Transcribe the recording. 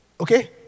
okay